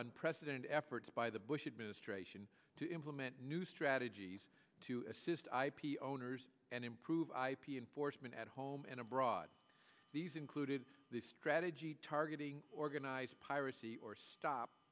on precedent efforts by the bush administration to implement new strategies to assist ip owners and improve ip enforcement at home and abroad these included this strategy targeting organized piracy or stop